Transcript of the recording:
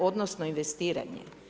Odnosno investiranje?